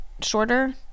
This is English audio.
shorter